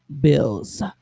Bills